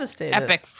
epic